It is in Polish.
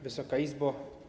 Wysoka Izbo!